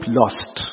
lost